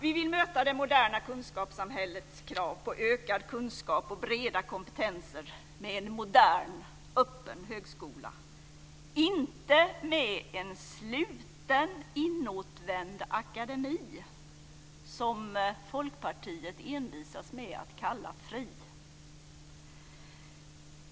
Vi vill möta det moderna kunskapssamhällets krav på ökad kunskap och breda kompetenser med en modern, öppen högskola, inte med en sluten inåtvänd akademi som Folkpartiet envisas med att kalla fri.